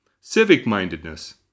Civic-mindedness